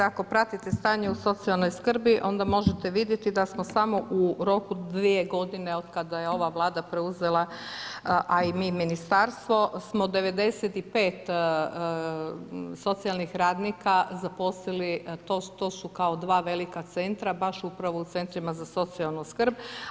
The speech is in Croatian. Ako pratite stanje o socijalnoj skrbi, onda možete vidjeti, da smo samo u roku od 2 g. od kada je ova Vlada preuzeli, a i mi ministarstvo smo 95 socijalnih radnika, zaposlili, to su kao dva velika centra, baš upravo u centrima za socijalnu skrb.